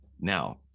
now